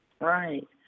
right